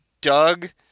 Doug